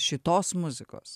šitos muzikos